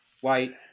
white